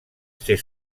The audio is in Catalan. ser